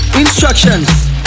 Instructions